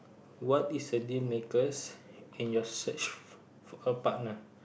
what is a deal makers in your search for a partner